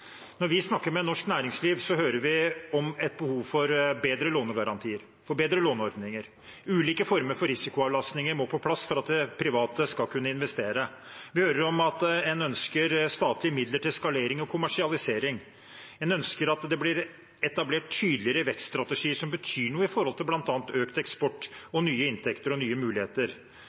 Når vi snakker med norsk næringsliv, hører vi om et behov for bedre lånegarantier og bedre låneordninger. Ulike former for risikoavlastninger må på plass for at private skal kunne investere. Vi hører om at en ønsker statlige midler til skalering og kommersialisering. En ønsker at det blir etablert tydeligere vekststrategier som betyr noe for bl.a. økt eksport, nye inntekter og nye muligheter.